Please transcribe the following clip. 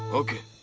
okay.